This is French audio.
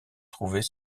trouvait